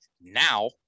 now